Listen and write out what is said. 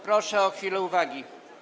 Proszę o chwilę uwagi.